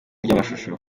ry’amashusho